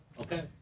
Okay